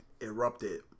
erupted